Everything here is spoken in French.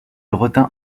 retint